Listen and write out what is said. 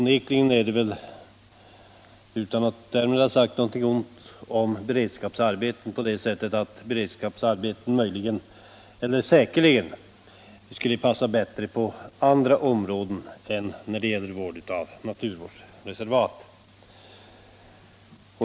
Utan att därmed ha sagt något negativt om beredskapsarbeten vill jag framhålla att beredskapsarbeten säkerligen skulle passa bättre på andra områden än när det gäller vård av naturreservat.